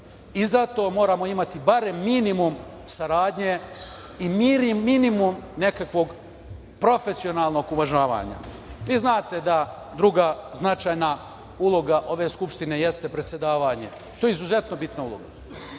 život. Zato moramo imati barem minimum saradnje i minimum nekakvog profesionalnog uvažavanja. Vi znate da druga značajna uloga ove Skupštine jeste predsedavanje. To je izuzetno bitna uloga.